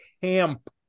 camp